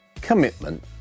commitment